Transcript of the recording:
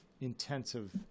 intensive